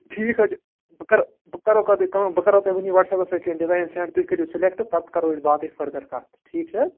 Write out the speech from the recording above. ٹھیٖک حظ چھُ بہٕ کرٕ بہٕ کرٕو گۄڈٕ یہِ کٲم بہٕ کَرو تۄہہِ وُنی واٹس اَیپس پیٚٹھ کیٚنٛہہ ڈِزایِن سیٚنٛڈ تُہۍ کٔرِو سِلیکٹہٕ پتہٕ کَرو أسۍ باقٕے فٔردَر کَتھ ٹھیٖک چھا حظ